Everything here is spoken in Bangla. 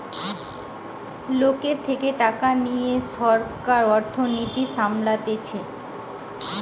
লোকের থেকে টাকা লিয়ে সরকার অর্থনীতি সামলাতিছে